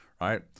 Right